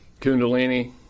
Kundalini